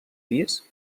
pis